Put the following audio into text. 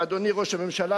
ואדוני ראש הממשלה,